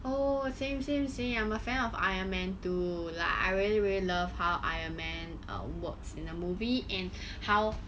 oh same same same I'm a fan of iron man too like I really really love how iron man uh works in the movie and how